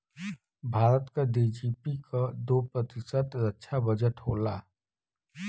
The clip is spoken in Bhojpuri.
भारत क जी.डी.पी क दो प्रतिशत रक्षा बजट होला